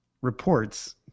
reports